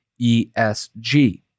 ESG